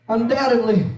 Undoubtedly